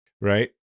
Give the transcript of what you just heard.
right